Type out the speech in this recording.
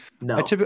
No